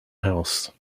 house